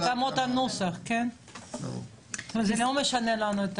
אלה התאמות נוסח, כן, זה לא משנה לנו את